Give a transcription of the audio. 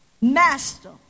Master